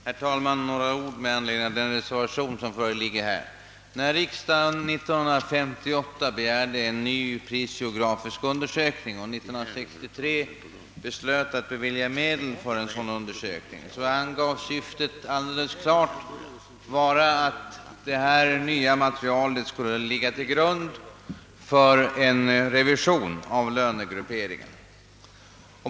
Herr talman! Några ord med anledning av den reservation som här föreligger! När riksdagen 1958 begärde en ny prisgeografisk undersökning och 1963 beslöt att bevilja medel för en sådan undersökning, angavs syftet alldeles klart vara att detta nya material skulle ligga till grund för en revision av lönegrupperingen.